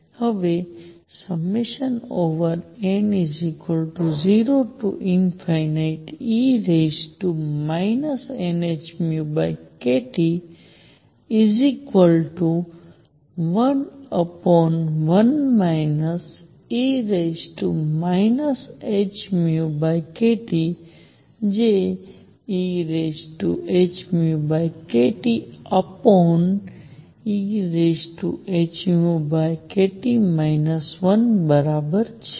હવે n0e nhνkT11 e hνkT જે ehνkTehνkT 1 બરાબર છે